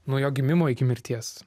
nuo jo gimimo iki mirties